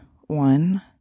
one